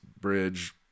bridge